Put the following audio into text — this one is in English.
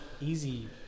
easy